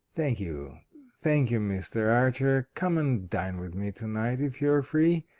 thank you thank you, mr. archer. come and dine with me tonight if you're free,